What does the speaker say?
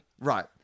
Right